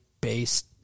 based